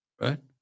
right